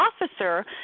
officer